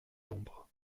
l’ombre